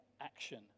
action